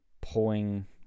pulling